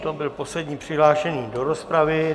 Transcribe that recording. To byl poslední přihlášený do rozpravy.